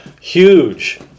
huge